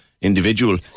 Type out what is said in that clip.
individual